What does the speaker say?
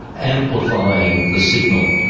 amplifying the signal.